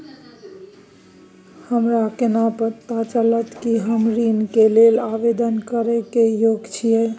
हमरा केना पता चलतई कि हम ऋण के लेल आवेदन करय के योग्य छियै?